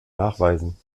nachweisen